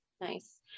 nice